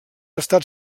estat